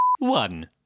One